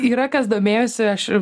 yra kas domėjosi aš